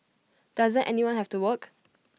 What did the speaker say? doesn't anyone have to work